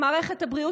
למערכת הבריאות,